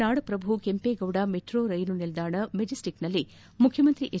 ನಾಡಪ್ರಭು Kempegowda metro rail ನಿಲ್ದಾಣ ಮೆಜೆಸ್ಟಿಕ್ನಲ್ಲಿ ಮುಖ್ಯಮಂತ್ರಿ ಎಚ್